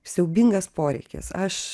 siaubingas poreikis aš